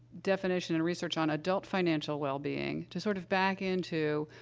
definition and research on adult financial wellbeing to sort of back into,